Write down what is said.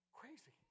crazy